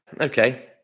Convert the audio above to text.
okay